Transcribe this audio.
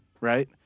right